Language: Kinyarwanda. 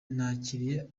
nakiriye